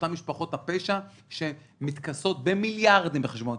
אותן משפחות הפשע שמתכסות במיליארדים בחשבונות